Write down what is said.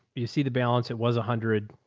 you see the balance. it was a hundred.